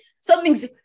something's